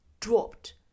dropped